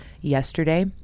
yesterday